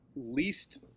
Least